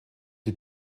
die